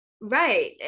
Right